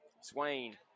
Swain